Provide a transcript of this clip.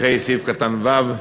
אחרי סעיף קטן (ו),